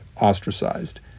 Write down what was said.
ostracized